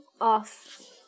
off